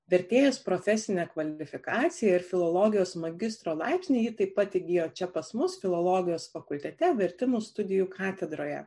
vertėjos profesinę kvalifikaciją ir filologijos magistro laipsnį ji taip pat įgijo čia pas mus filologijos fakultete vertimų studijų katedroje